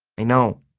i know,